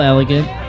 Elegant